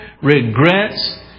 regrets